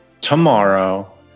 tomorrow